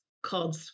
called